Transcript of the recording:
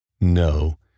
No